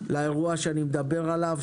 לאירוע שאני מדבר עליו,